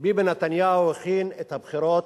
ביבי נתניהו הכין את הבחירות,